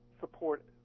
support